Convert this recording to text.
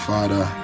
Father